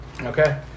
Okay